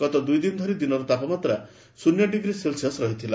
ଗତ ଦୁଇଦିନ ଧରି ଦିନର ତାପମାତ୍ରା ଶୃନ୍ୟ ଡିଗ୍ରୀ ସେଲ୍ସିୟସ୍ ରହିଥିଲା